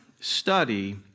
study